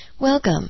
Welcome